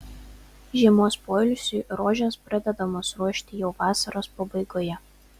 žiemos poilsiui rožės pradedamos ruošti jau vasaros pabaigoje